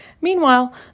Meanwhile